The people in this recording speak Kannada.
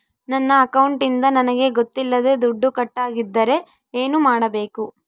ನನ್ನ ಅಕೌಂಟಿಂದ ನನಗೆ ಗೊತ್ತಿಲ್ಲದೆ ದುಡ್ಡು ಕಟ್ಟಾಗಿದ್ದರೆ ಏನು ಮಾಡಬೇಕು?